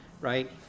right